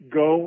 go